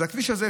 אז הכביש הזה,